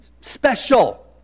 special